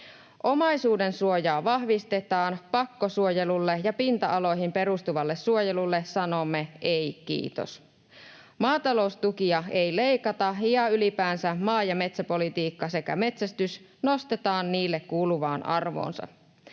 Omaisuudensuojaa vahvistetaan: pakkosuojelulle ja pinta-aloihin perustuvalle suojelulle sanomme ei kiitos. Maataloustukia ei leikata, ja ylipäänsä maa- ja metsäpolitiikka sekä metsästys nostetaan niille kuuluvaan arvoonsa.